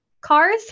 cars